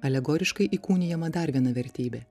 alegoriškai įkūnijama dar viena vertybė